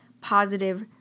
positive